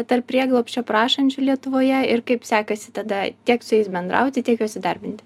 tarp prieglobsčio prašančių lietuvoje ir kaip sekasi tada tiek su jais bendrauti tiek juos įdarbinti